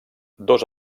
dos